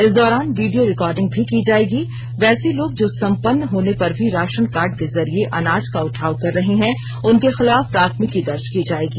इस दौरान video recording भी की जाएगी वैसे लोग जो संपन्न होने पर भी राशन कार्ड के जरिए अनाज का उठाव कर रहे हैं उनके खिलाफ प्राथमिकी दर्ज की जाएगी